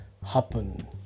happen